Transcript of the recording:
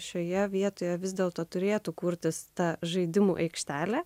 šioje vietoje vis dėlto turėtų kurtis tą žaidimų aikštelę